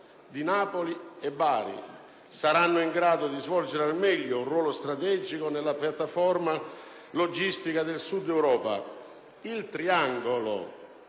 di Napoli e di Bari saranno in grado di svolgere al meglio un ruolo strategico nella piattaforma logistica del Sud Europa. Il triangolo